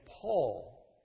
Paul